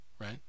right